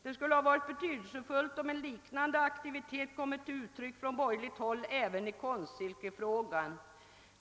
Det skulle ha varit värdefullt om en liknande aktivitet kommit till uttryck från borgerligt håll även i Konstsilkefrågan.